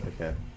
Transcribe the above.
Okay